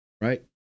right